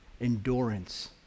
endurance